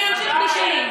אני אמשיך בשלי.